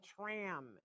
tram